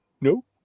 No